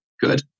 good